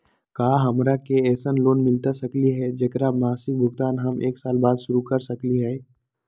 का हमरा के ऐसन लोन मिलता सकली है, जेकर मासिक भुगतान हम एक साल बाद शुरू कर सकली हई?